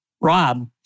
Rob